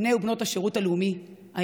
בני ובנות השירות הלאומי-אזרחי,